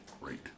Great